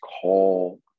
call